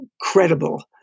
credible